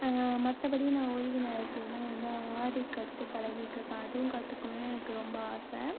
மற்றபடி நான் ஓய்வு நேரத்துலலாம் வந்து ஆரி கற்று பழகிட்டுருக்கேன் அதுவும் கற்றுக்கணும்னு எனக்கு ரொம்ப ஆசை